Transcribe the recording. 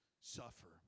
suffer